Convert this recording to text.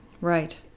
Right